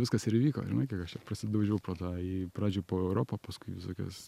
viskas ir įvyko žinai kiek aš prasidaužiau po tą į pradžioj po europą paskui visokias